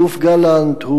אלוף גלנט,